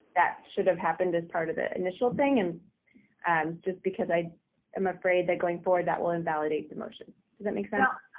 should have happened as part of the initial thing. and um just because i am afraid that going forward, that will invalidate the motion. does that make sense?